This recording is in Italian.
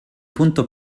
punto